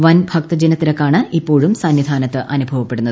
വൻ ഭക്തജനത്തിരക്കാണ് ഇപ്പോഴും സന്നിധാനത്ത് അനുഭവപ്പെടുന്നത്